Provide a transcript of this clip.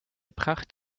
pracht